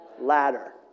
Ladder